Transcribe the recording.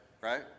Right